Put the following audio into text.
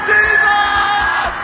Jesus